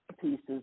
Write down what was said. pieces